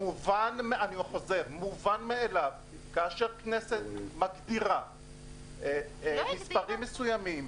מובן מאליו, כאשר כנסת מגדירה מספרים מסוימים